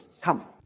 come